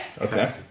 Okay